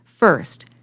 First